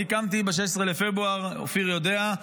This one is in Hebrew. אני קמתי ב-16 בפברואר אופיר יודע,